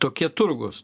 tokie turgūs